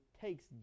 takes